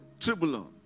Tribulon